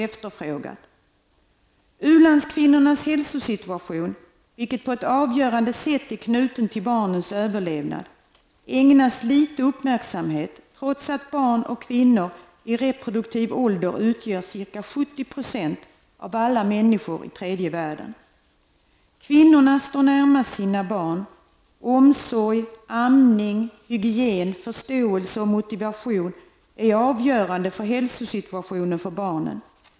U-landskvinnornas hälsosituation, vilken på ett avgörande sätt är knuten till barnens överlevnad, ägnas liten uppmärksamhet, trots att barn och kvinnor i reproduktiv ålder utgör ca 70 % av alla människor i tredje världen. Kvinnorna står närmast sina barn. Omsorg, amning, hygein, förståelse och motivation är avgörande för barnens hälsosituation.